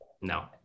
no